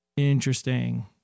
interesting